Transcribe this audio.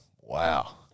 wow